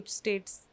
states